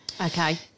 okay